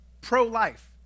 pro-life